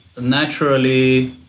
naturally